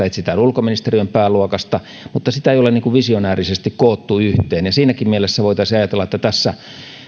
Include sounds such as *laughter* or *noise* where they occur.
*unintelligible* etsitään ulkoministeriön pääluokasta mutta sitä ei ole visionäärisesti koottu yhteen siinäkin mielessä voitaisiin ajatella että tässä